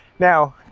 Now